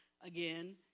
again